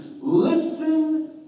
listen